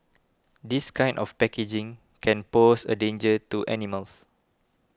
this kind of packaging can pose a danger to animals